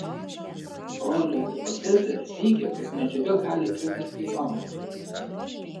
broilio hipotezė teigia kad medžiaga gali elgtis kaip bangos